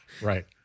Right